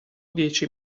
dieci